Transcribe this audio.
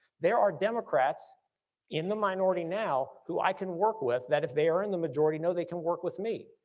there are democrats in the minority now who i can work with that if they are in the majority know they can work with me.